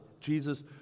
Jesus